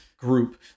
group